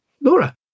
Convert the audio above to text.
Laura